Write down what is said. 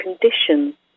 condition